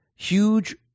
Huge